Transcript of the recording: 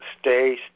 stay